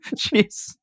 Jeez